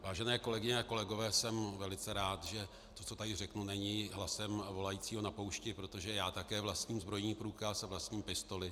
Vážené kolegyně a kolegové, jsem velice rád, že to, co tady řeknu, není hlasem volajícího na poušti, protože já také vlastním zbrojní průkaz a vlastním pistoli.